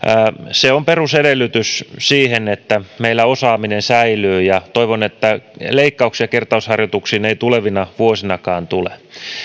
on perusedellytys sille että meillä osaaminen säilyy toivon että leikkauksia kertausharjoituksiin ei tulevinakaan vuosina tule